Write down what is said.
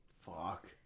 Fuck